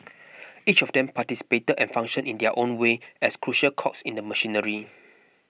each of them participated and functioned in their own way as crucial cogs in the machinery